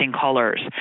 colors